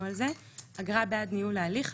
אגרה בעד ניהול ההליך.